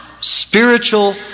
spiritual